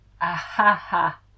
ah-ha-ha